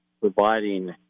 providing